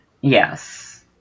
Yes